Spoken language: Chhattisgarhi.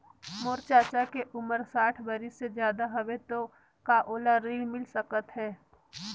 मोर चाचा के उमर साठ बरिस से ज्यादा हवे तो का ओला ऋण मिल सकत हे?